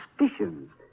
suspicions